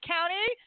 County